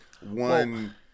one